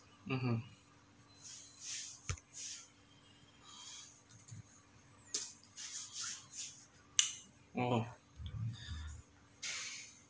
(uh huh) oh